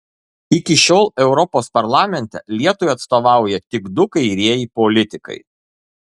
iki šiol europos parlamente lietuvai atstovauja tik du kairieji politikai